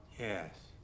Yes